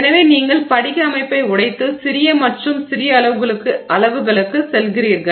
எனவே நீங்கள் படிக அமைப்பை உடைத்து சிறிய மற்றும் சிறிய அளவுகளுக்கு செல்கிறீர்கள்